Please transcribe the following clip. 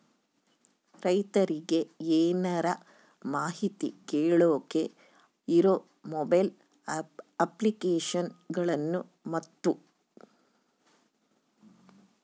ರೈತರಿಗೆ ಏನರ ಮಾಹಿತಿ ಕೇಳೋಕೆ ಇರೋ ಮೊಬೈಲ್ ಅಪ್ಲಿಕೇಶನ್ ಗಳನ್ನು ಮತ್ತು?